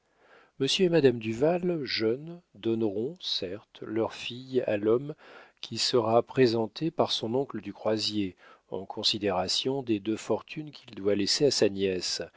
monsieur et madame duval jeune donneront certes leur fille à l'homme qui sera présenté par son oncle du croisier en considération des deux fortunes qu'il doit laisser à sa nièce